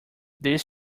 this